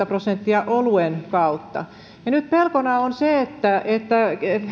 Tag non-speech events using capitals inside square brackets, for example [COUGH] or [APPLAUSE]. [UNINTELLIGIBLE] prosenttia oluen kautta ja nyt pelkona on se että että